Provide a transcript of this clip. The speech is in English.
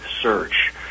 search